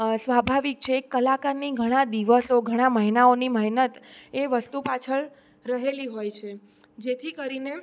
સ્વાભાવિક છે કલાકારની ઘણા દિવસો ઘણા મહિનાઓની મહેનત એ વસ્તુ પાછળ રહેલી હોય છે જેથી કરીને